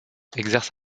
exerce